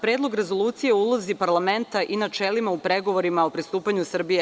Predlog rezolucije o ulozi parlamenta i načelima u pregovorima o pristupanju Srbije EU.